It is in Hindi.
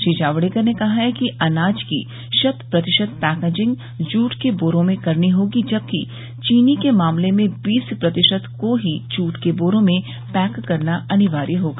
श्री जावड़ेकर ने कहा कि अनाज की शत प्रतिशत पैकेजिंग जूट के बोरों में करनी होगी जबकि चीनी के मामले में बीस प्रतिशत को ही जूट के बोरों में पैक करना अनिवार्य होगा